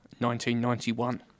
1991